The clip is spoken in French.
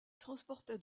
transportait